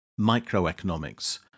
microeconomics